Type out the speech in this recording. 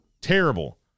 Terrible